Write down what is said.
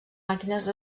màquines